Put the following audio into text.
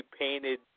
painted